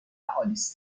آلیس